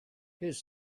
his